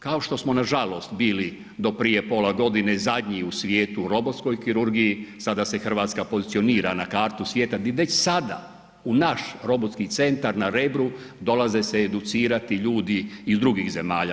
Kao što smo nažalost bili do prije pola godine zadnji u svijetu u robotskoj kirurgiji sada se Hrvatska pozicionira na kartu svijeta gdje već sada u naš robotski centar na Rebru dolaze se educirati ljudi iz drugih zemalja.